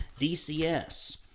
DCS